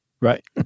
Right